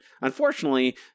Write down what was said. Unfortunately